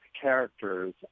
characters